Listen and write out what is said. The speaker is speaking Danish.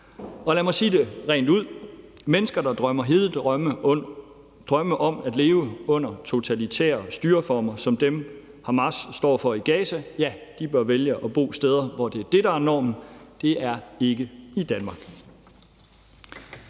Lad mig sige det rent ud: Mennesker, der drømmer hede drømme om at leve under totalitære styreformer som dem, Hamas står for i Gaza, bør vælge at bo steder, hvor det er det, der er normen. Det er ikke i Danmark.